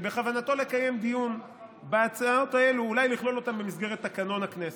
שבכוונתו לקיים דיון בהצעות האלה ואולי לכלול אותן במסגרת תקנון הכנסת,